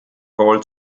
old